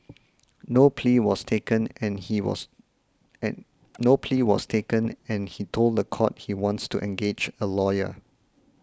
no plea was taken and he was and no plea was taken and he told the court he wants to engage a lawyer